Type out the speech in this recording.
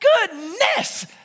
Goodness